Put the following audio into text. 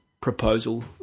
proposal